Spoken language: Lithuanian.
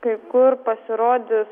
kai kur pasirodys